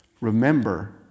remember